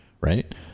Right